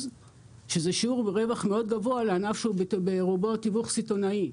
שזה שיעור רווח מאוד גבוה לענף שהוא ברובו תיווך סיטונאי.